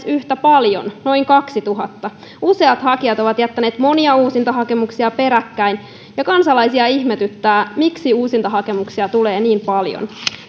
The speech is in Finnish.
yhtä paljon noin kaksituhatta useat hakijat ovat jättäneet monia uusintahakemuksia peräkkäin ja kansalaisia ihmetyttää miksi uusintahakemuksia tulee niin paljon